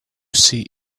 see